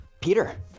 Peter